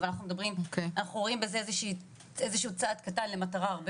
אבל אנחנו מדברים ואנחנו רואים בזה איזה שהוא צעד קטן למטרה הרבה